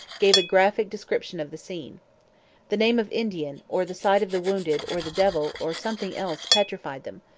gave a graphic description of the scene the name of indian, or the sight of the wounded, or the devil, or something else, petrified them.